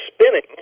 spinning